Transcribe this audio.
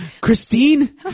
Christine